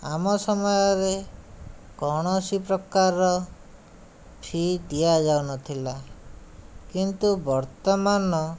ଆମ ସମୟରେ କୌଣସି ପ୍ରକାରର ଫି ଦିଆଯାଉ ନଥିଲା କିନ୍ତୁ ବର୍ତ୍ତମାନ